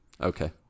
Okay